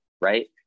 right